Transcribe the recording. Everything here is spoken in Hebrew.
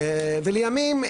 לימים,